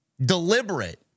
deliberate